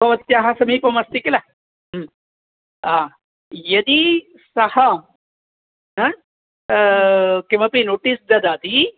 भवत्याः समीपे अस्ति किल हा यदि सः हा किमपि नोटीस् ददाति